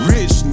Rich